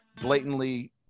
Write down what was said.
blatantly